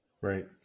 Right